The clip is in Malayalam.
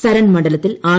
സരൺ മണ്ഡലത്തിൽ ആർ